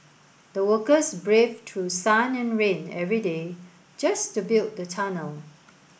the workers braved to sun and rain every day just to build the tunnel